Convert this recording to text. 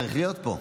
צריך להיות פה.